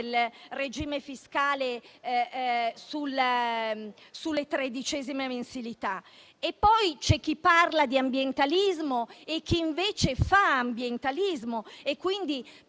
del regime fiscale sulle tredicesime mensilità. C'è poi chi parla di ambientalismo e chi invece fa ambientalismo